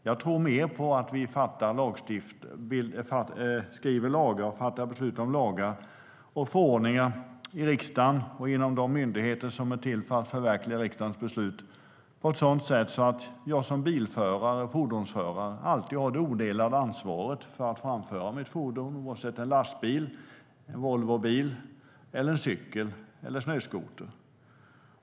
Jag tror mer på att vi ska skriva lagar och fatta beslut om lagar och förordningar i riksdagen och inom de myndigheter som är till för att förverkliga riksdagens beslut som gör att jag som fordonsförare alltid har det odelade ansvaret för att framföra mitt fordon, oavsett om det är en lastbil, en Volvobil, en cykel eller en snöskoter.